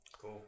Cool